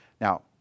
Now